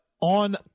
on